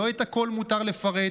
לא את הכול מותר לפרט,